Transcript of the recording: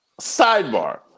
Sidebar